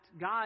God